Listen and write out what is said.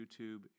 YouTube